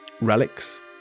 relics